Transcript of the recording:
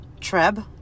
treb